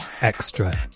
Extra